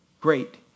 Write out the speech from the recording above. Great